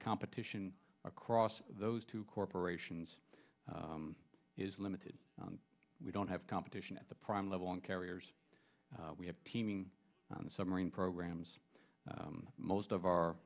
competition across those two corporations is limited we don't have competition at the prime level on carriers we have teaming submarine programs most of our